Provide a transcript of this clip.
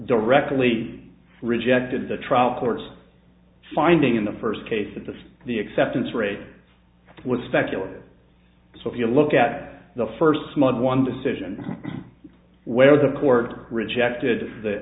directly rejected the trial court's finding in the first case that the the acceptance rate was speculative so if you look at the first month one decision where the port rejected the